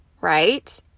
right